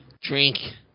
drink